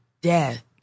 death